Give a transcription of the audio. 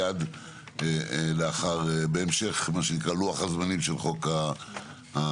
מיד בהמשך לוח הזמנים של חוק ההסדרים.